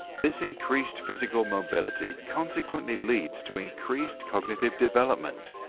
this increased physical mobility consequently leads to increased cognitive development,